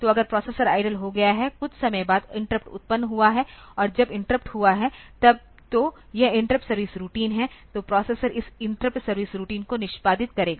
तो अगर processor idle हो गया है कुछ समय बाद इंटरप्ट उत्पन्न हुआ है और जब इंटरप्ट हुआ है तब तो यह इंटरप्ट सर्विस रूटीन है तो प्रोसेसर इस इंटरप्ट सर्विस रूटीन को निष्पादित करेगा